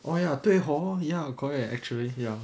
oh ya 对 hor ya correct actually ya